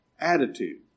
attitude